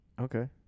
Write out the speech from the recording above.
Okay